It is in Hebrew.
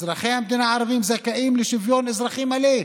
"אזרחי המדינה הערבים זכאים לשוויון אזרחי מלא".